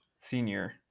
senior